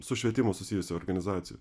su švietimu susijusių organizacijų